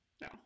No